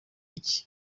iki